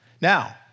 Now